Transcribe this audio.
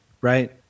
right